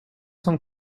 cent